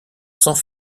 sans